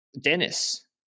Dennis